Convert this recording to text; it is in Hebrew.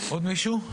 עוד מישהו?